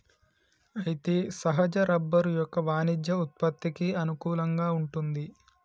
అయితే సహజ రబ్బరు యొక్క వాణిజ్య ఉత్పత్తికి అనుకూలంగా వుంటుంది